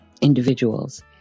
individuals